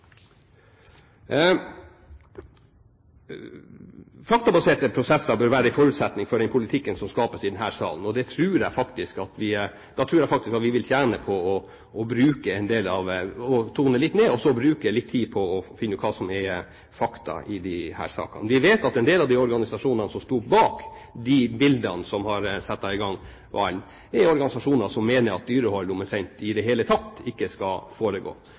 Faktabaserte prosesser bør være en forutsetning for den politikken som skapes i denne salen. Da tror jeg faktisk at vi vil tjene på å tone det litt ned, og så bruke litt tid på å finne ut hva som er fakta i disse sakene. Vi vet at en del av de organisasjonene som sto bak de bildene som har satt ballen i gang, er organisasjoner som mener at dyrehold omtrent ikke i det hele tatt skal foregå.